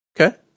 Okay